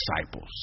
disciples